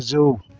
गोजौ